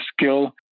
skill